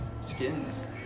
Skins